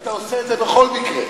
היית עושה את זה בכל מקרה.